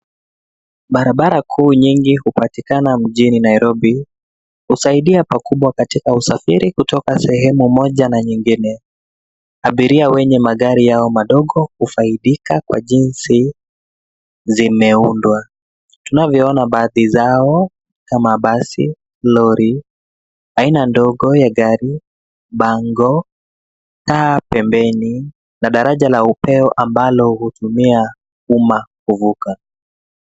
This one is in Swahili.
Barabara ku nyingi hupatikana mjini Nairobi. Husaidia pakubwa katika usafiri kutoka sehemu moja na nyingine. Abiria wenye magari yao madogo hufaidika kwa jinsi zimeundwa. Tunavyoona baadhi zao kama basi, lori, aina ndogo ya gari, bango, taa pembeni na daraja la upeo ambalo hutumia umma kuvuka.